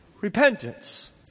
repentance